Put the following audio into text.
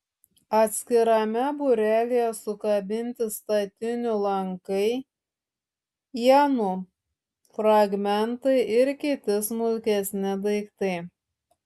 atskirame būrelyje sukabinti statinių lankai ienų fragmentai ir kiti smulkesni daiktai